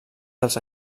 dels